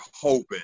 hoping